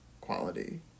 quality